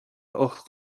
ucht